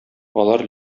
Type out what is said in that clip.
алар